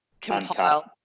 compile